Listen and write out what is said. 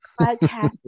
podcast